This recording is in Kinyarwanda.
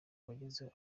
bagezeho